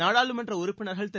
நாடாளுமன்ற உறுப்பினர்கள் திரு